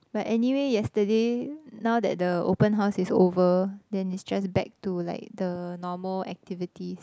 but anyway yesterday now that the open house is over then it's just back to like the normal activities